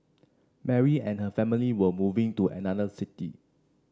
Mary and her family were moving to another city